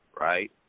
Right